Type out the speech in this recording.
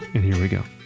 and here we go